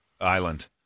Island